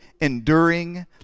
enduring